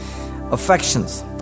affections